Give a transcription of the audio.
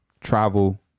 travel